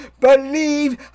believe